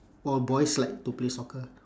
all boys like to play soccer